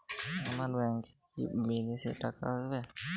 আমার ব্যংকে কি বিদেশি টাকা আসবে?